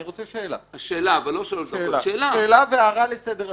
אני רוצה שאלה והערה לסדר הדיון.